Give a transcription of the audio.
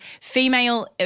female